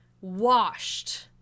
washed